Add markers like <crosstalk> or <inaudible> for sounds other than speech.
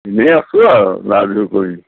এনেই আছোঁ আৰু <unintelligible>